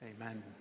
amen